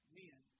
men